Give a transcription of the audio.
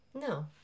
No